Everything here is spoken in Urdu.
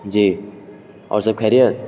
جی اور سب خیریت